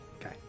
Okay